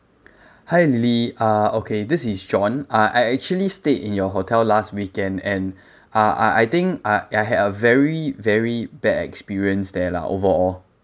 hi lily uh okay this is john uh I actually stayed in your hotel last weekend and uh I think uh I had a very very bad experience there lah overall